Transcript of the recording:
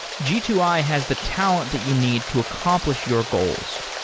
g two i has the talent that you need to accompl ish your goals.